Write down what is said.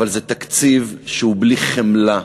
אבל זה תקציב שהוא בלי חמלה.